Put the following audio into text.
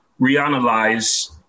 reanalyze